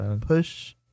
Push